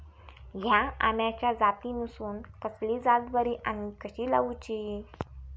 हया आम्याच्या जातीनिसून कसली जात बरी आनी कशी लाऊची?